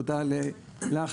תודה לך,